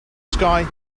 sky